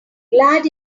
glad